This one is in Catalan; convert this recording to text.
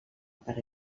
per